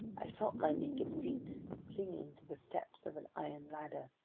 i felt my naked feet clinging to the steps of an iron ladder.